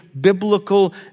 biblical